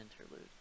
interlude